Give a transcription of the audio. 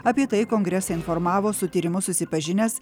apie tai kongresą informavo su tyrimu susipažinęs